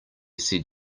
said